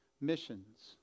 missions